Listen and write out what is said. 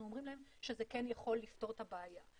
אומרים להם שזה כן יכול לפתור את הבעיה.